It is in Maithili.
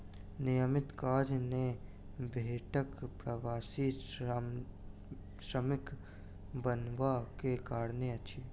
नियमित काज नै भेटब प्रवासी श्रमिक बनबा के कारण अछि